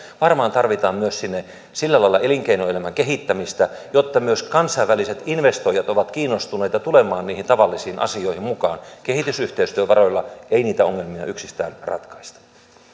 varmaan tarvitaan sinne sillä lailla myös elinkeinoelämän kehittämistä että myös kansainväliset investoijat ovat kiinnostuneita tulemaan niihin tavallisiin asioihin mukaan kehitysyhteistyövaroilla ei niitä ongelmia yksistään ratkaista